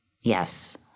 Yes